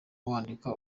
wandika